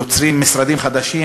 יוצרים משרדים חדשים,